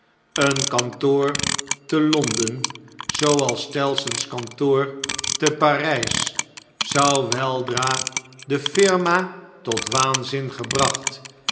een kantoor te l o n d e n zooals tellson's kantoor te p a r jj s zou weldra de firma tot waanzin gebracht